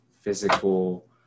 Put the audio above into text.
physical